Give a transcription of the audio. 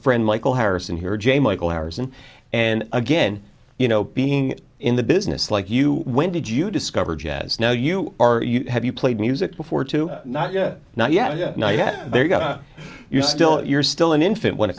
friend michael harrison here j michael harrison and again you know being in the business like you when did you discover jazz now you are you have you played music before to not yet not yet not yet there you go you're still you're still an infant when it